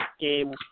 game